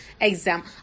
exam